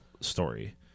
story